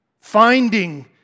finding